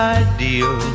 ideal